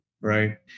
right